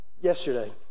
yesterday